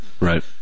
Right